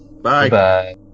Bye